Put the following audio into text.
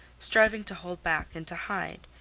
striving to hold back and to hide,